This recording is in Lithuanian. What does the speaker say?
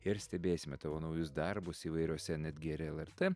ir stebėsime tavo naujus darbus įvairiose netgi ir lrt